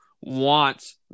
wants